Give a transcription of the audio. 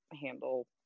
handle